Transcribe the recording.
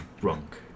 drunk